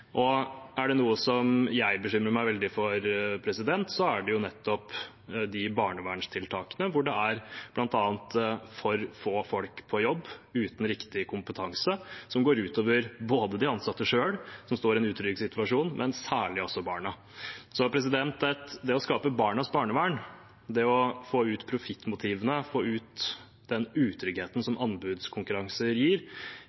Er det noe jeg bekymrer meg veldig for, er det nettopp de barnevernstiltakene hvor det bl.a. er for få folk på jobb uten riktig kompetanse, som går ut over både de ansatte selv, som står i en utrygg situasjon, og særlig barna. Det å skape barnas barnevern, det å få ut profittmotivene, få ut den utryggheten